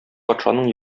патшаның